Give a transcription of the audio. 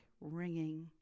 ringing